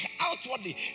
outwardly